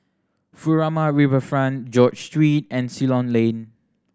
Furama Riverfront George Street and Ceylon Lane